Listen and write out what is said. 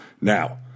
Now